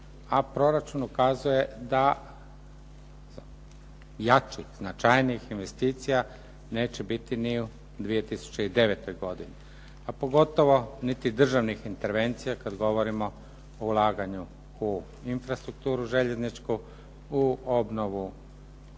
a proračun ukazuje da jačih, značajnijih investicija neće biti ni u 2009. godini a pogotovo niti državnih intervencija kad govorimo o ulaganju u infrastrukturu željezničku, u obnovu